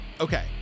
Okay